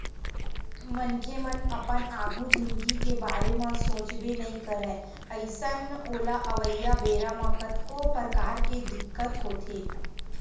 मनखे मन अपन आघु जिनगी के बारे म सोचबे नइ करय अइसन ओला अवइया बेरा म कतको परकार के दिक्कत होथे